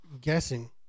guessing